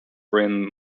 bream